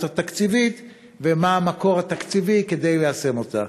התקציבית ומה המקור התקציבי ליישם אותן?